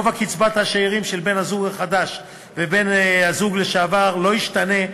גובה קצבת השאירים של בן-הזוג החדש ושל בן-הזוג לשעבר לא ישתנה,